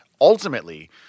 ultimately